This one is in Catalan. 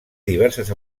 diverses